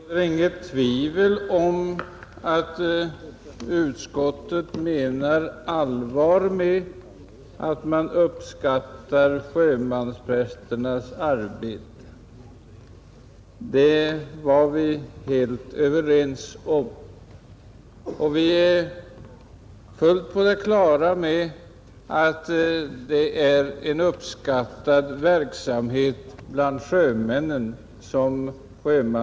Herr talman! Det råder inga tvivel om att utskottet menar allvar, när utskottet skriver att man uppskattar sjömansprästernas arbete, Det har vi varit helt överens om, Vi har också varit helt på det klara med att sjömansprästerna bedriver en uppskattad verksamhet bland sjömännen.